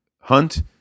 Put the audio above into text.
hunt